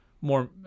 More